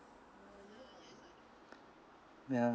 ya